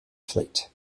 fleet